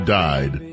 died